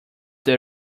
that